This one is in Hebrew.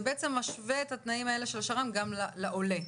זה משווה את התנאים של השר"מ גם לעולה.